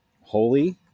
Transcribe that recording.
holy